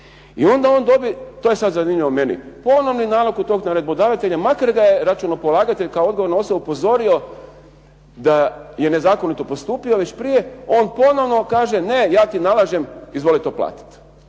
I onda on dobi, to je sad zanimljivo meni ponovni nalog od tog naredbodavatelja makar ga je računopolagatelj kao odgovorna osoba upozorio da je nezakonito postupio već prije on ponovno kaže, ne ja ti nalažem izvoli to platiti.